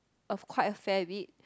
of quite a fair bit